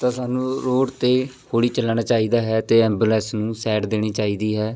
ਤਾਂ ਸਾਨੂੰ ਰੋਡ 'ਤੇ ਹੌਲੀ ਚੱਲਣਾ ਚਾਹੀਦਾ ਹੈ ਅਤੇ ਐਬੂਲੈਂਸ ਨੂੰ ਸੈਡ ਦੇਣੀ ਚਾਹੀਦੀ ਹੈ